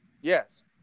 Yes